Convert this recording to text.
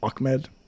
Ahmed